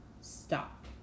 stop